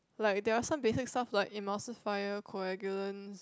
like there are some basic stuff is emulsifier coagulant